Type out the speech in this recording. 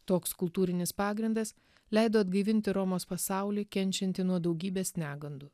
toks kultūrinis pagrindas leido atgaivinti romos pasaulį kenčiantį nuo daugybės negandų